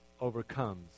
overcomes